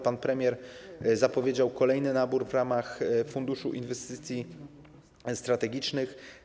Pan premier zapowiedział kolejny nabór w ramach funduszu inwestycji strategicznych.